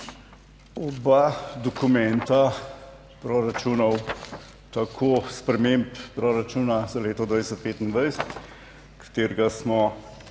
Oba dokumenta proračunov, tako sprememb proračuna za leto 2025, katerega smo